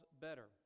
better